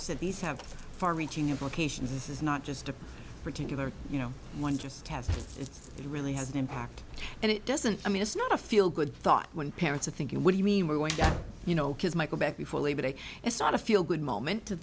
these have far reaching implications this is not just a particular you know one just has it's really has an impact and it doesn't i mean it's not a feel good thought when parents are thinking what do you mean we're going to you know kids michael back before labor day it's not a feel good moment to